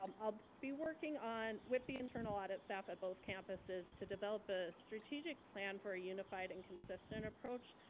um i'll be working on, with the internal audit staff of both campuses to develop a strategic plan for a unified and consistent approach.